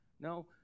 No